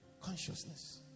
Consciousness